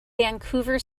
vancouver